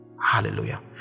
Hallelujah